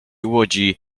łodzi